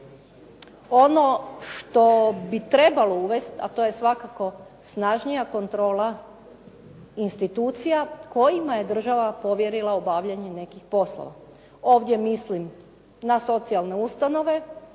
ono što bi trebalo uvesti, a to je svakako snažnija kontrola institucija kojima je država povjerila obavljanje nekih poslova. Ovdje mislim na socijalne ustanove,